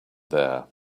there